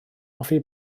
hoffi